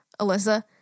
Alyssa